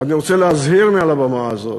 ואני רוצה להזהיר מעל הבמה הזאת,